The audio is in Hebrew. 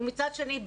ומצד שני,